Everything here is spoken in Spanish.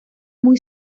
muy